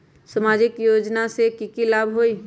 सामाजिक योजना से की की लाभ होई?